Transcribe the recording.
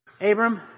Abram